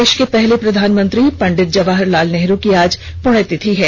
देश के पहले प्रधानमंत्री पंडित जवाहर लाल नेहरू की आज पुण्यतिथि है